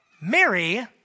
Mary